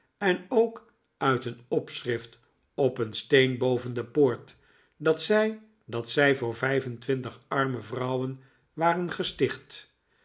en ook uit een opschrift op een steen boven de poort dat zei dat zij voor vijf en twintig arme vrouwen waren gesticht